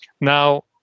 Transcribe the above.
Now